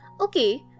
Okay